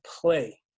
play